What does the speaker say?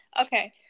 Okay